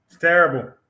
terrible